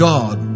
God